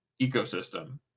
ecosystem